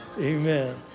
amen